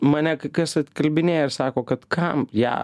mane kai kas atkalbinėja ir sako kad kam ją